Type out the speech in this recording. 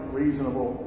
reasonable